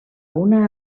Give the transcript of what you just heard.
una